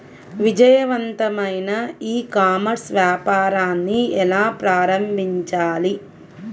విజయవంతమైన e-commerce వ్యాపారాన్ని ఎలా ప్రారంభించాలి?